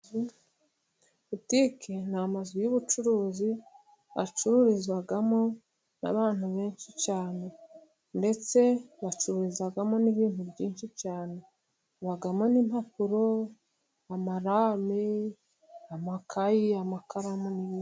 Butiki ni amazu y'ubucuruzi acururizwamo n'abantu benshi cyane, ndetse bacururizamo n'ibintu byinshi cyane, habamo n'impapuro, amalame, amakayi, amakaramu n'ibindi.